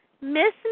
Miss